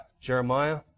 Jeremiah